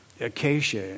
acacia